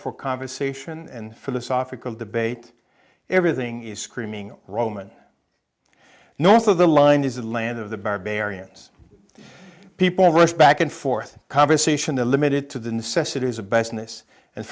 for conversation and for this offical debate everything is screaming roman north of the line is the land of the barbarians people rush back and forth conversation the limited to the